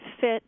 fit